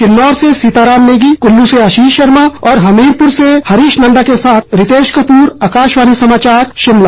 किन्नौर से सीताराम नेगी कल्लू से आशीष शर्मा और हमीरपूर से हरीश नंदा के साथ रितेश कपूर आकाशवाणी समाचार शिमला